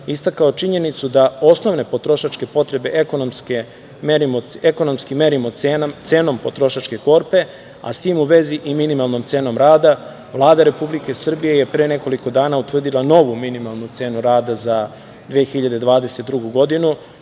istakao činjenicu da osnovne potrošačke potrebe ekonomski merimo cenom potrošačke korpe, a s tim u vezi i minimalnom cenom rada. Vlada Republike Srbije je pre nekoliko dana utvrdila novu minimalnu cenu rada za 2022. godinu.